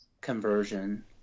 conversion